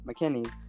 McKinney's